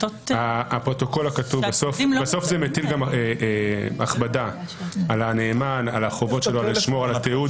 בסוף זה מטיל הכבדה על הנאמן ועל החובות שלו לשמור על התיעוד.